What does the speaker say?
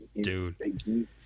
dude